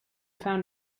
found